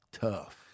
Tough